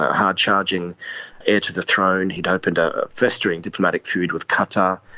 hard charging heir to the throne, he'd opened a festering diplomatic feud with qatar,